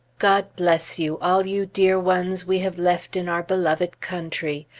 god bless you, all you dear ones we have left in our beloved country!